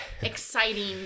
exciting